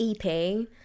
EP